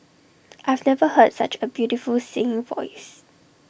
I've never heard such A beautiful singing voice